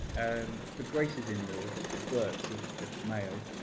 and for grace's in-laws, the burkes of mayo,